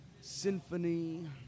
Symphony